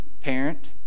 parent